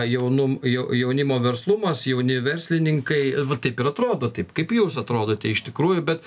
jaunum jau jaunimo verslumas jauni verslininkai va taip ir atrodo taip kaip jūs atrodote iš tikrųjų bet